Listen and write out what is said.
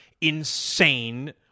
insane